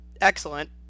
excellent